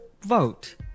vote